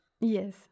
Yes